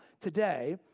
Today